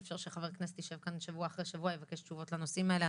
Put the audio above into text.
אי אפשר שחבר כנסת יישב כאן שבוע אחרי שבוע ויבקש תשובות לנושאים האלה.